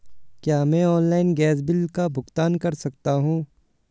क्या मैं online gas bill का भुगतान कर सकता हूँ?